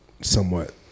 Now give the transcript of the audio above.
somewhat